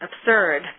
absurd